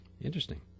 Interesting